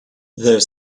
the